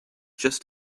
just